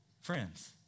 friends